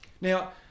Now